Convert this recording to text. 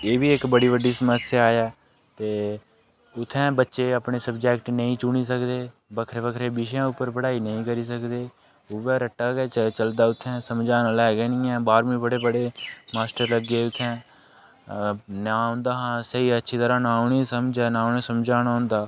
एह् बी इक बड़ी बड्डी समस्या ऐ ते उ'त्थें बच्चे अपना सब्जेक्ट नेईं चुनी सकदे बक्खरे बक्खरे विशें उप्पर पढ़ाई नेईं करी सकदे उ'ऐ रट्टा गै चलदा उ'त्थें समझाने आह्ला ऐ गै निं ऐ बारमीं पढ़े पढ़े दे लग्गे माश्टर लग्गे दे उ'त्थें अ ना औंदा हा असें गी अच्छी तरहां ना उ'नें ई समझ ऐ ना उ'नें ई समझाना आंदा हा